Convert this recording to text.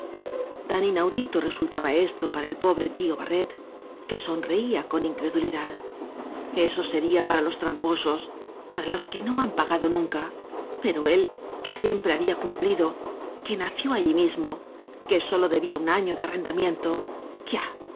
tan inaudito restamiba esto para el pobre barret que sonreía con incredulidad eso sería para los tramposos para los que no han pagado nunca pero el quev siempre había cumplido que nació ahí mismo que sólo debía un año de arrendamiento